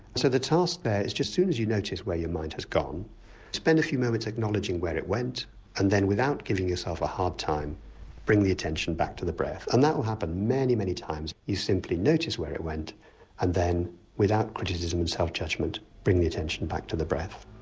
so the task there is just as soon as you notice where your mind has gone to spend a few moments acknowledging where it went and then without giving yourself a hard time bring the attention back to the breath. and that will happen many, many times, you simply notice where it went and then without criticisms and self-judgement bring the attention back to the breath.